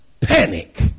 panic